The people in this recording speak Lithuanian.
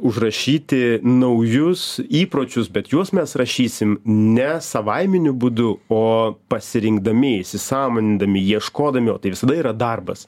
nužrašyti naujus įpročius bet juos mes rašysim ne savaiminiu būdu o pasirinkdami įsisąmonindami ieškodami o tai visada yra darbas